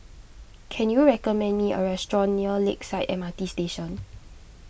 can you recommend me a restaurant near Lakeside M R T Station